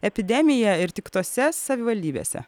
epidemiją ir tik tose savivaldybėse